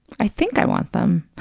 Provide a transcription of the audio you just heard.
i think i want them.